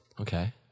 Okay